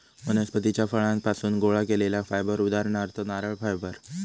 वनस्पतीच्या फळांपासुन गोळा केलेला फायबर उदाहरणार्थ नारळ फायबर